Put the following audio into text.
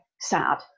sad